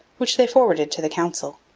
which they forwarded to the council.